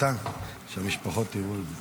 מתן, שהמשפחות יראו את זה.